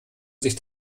sich